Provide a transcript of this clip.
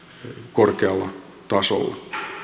korkealla tasolla